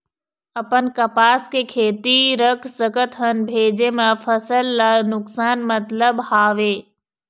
अपन कपास के खेती रख सकत हन भेजे मा फसल ला नुकसान मतलब हावे?